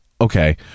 Okay